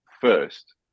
first